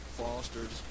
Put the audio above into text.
fosters